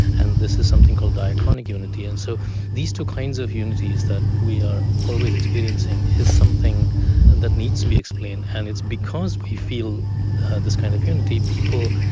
and this is something called diachronic unity. and so these two kinds of unities that we are always experiencing is something and that needs to be explained, and it's because we feel and this kind of unity that people,